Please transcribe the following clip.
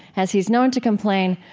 as he's known to complain,